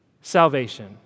salvation